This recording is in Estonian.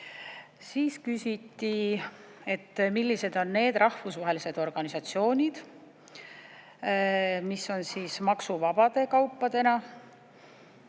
Siis küsiti, millised on need rahvusvahelised organisatsioonid, mis on maksuvabade kaupadena.